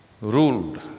ruled